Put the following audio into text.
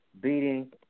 beating